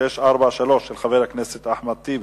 שאילתא מס' 643, של חבר הכנסת אחמד טיבי,